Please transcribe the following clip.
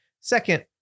second